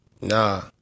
Nah